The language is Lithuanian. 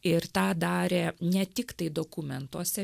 ir tą darė ne tiktai dokumentuose